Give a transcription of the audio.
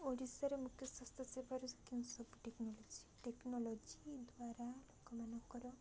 ଓଡ଼ିଶାରେ ମୁଖ୍ୟ ସ୍ୱାସ୍ଥ୍ୟ ସେବାରୁ କେଉଁ ସବୁ ଟେକ୍ନୋଲୋଜି ଟେକ୍ନୋଲୋଜି ଦ୍ୱାରା ଲୋକମାନଙ୍କର